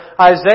Isaiah